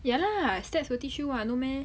ya lah stats will teach you [what] no meh